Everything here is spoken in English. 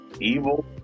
evil